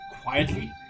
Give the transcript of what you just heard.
quietly